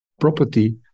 property